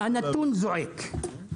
הנתון זועק.